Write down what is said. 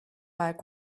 like